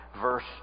verse